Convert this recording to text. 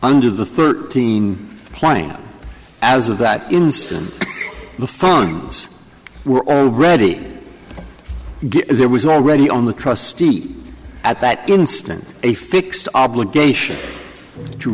under the thirteen plain as of that instant the phones were already there was already on the trustee at that instant a fixed obligation to